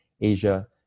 Asia